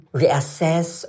reassess